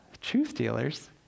truth-dealers